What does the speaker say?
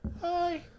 Hi